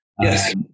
Yes